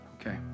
Okay